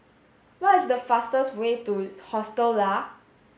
what is the fastest way to Hostel Lah